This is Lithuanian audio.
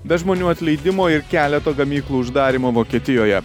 be žmonių atleidimo ir keleto gamyklų uždarymo vokietijoje